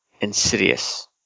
insidious